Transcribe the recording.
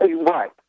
Right